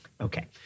Okay